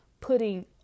putting